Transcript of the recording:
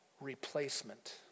replacement